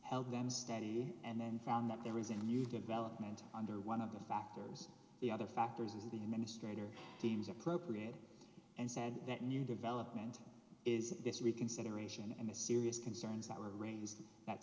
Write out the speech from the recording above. held them steady and then found that there is a new development under one of the factors the other factors of the administrators deems appropriate and said that new development is this reconsideration and a serious concerns that were raised that